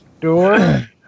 door